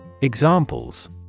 Examples